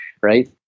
right